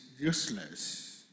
useless